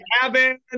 cabin